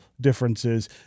differences